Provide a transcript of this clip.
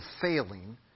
failing